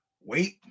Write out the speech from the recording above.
Wait